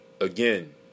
Again